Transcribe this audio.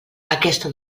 aquesta